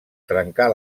trencar